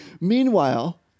Meanwhile